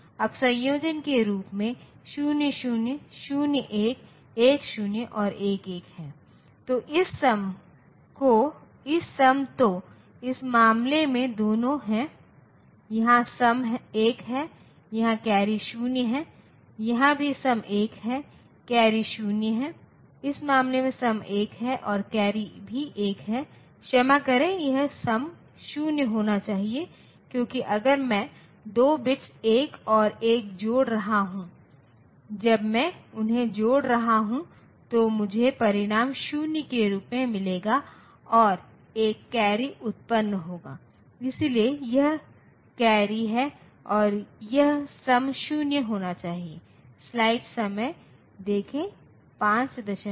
अब संयोजन के रूप में 0 0 0 1 1 0 और 1 1 है तो इस सम तो इस मामले में दोनों 0 हैं यहाँ सम 1 है यहाँ कैरी 0 है यहाँ भी सम 1 है कैरी 0 है इस मामले में सम 1 है और कैरी भी 1 है क्षमा करें यह सम 0 होना चाहिए क्योंकि अगर मैं 2 बिट्स 1 और 1 जोड़ रहा हूं जब मैं उन्हें जोड़ रहा हूं तो मुझे परिणाम 0 के रूप में मिलेगा और एक कैरी उत्तपन होगा इसलिए यह कैरी है और यह सम 0 होना चाहिए स्लाइड समय देखें 0548